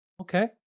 okay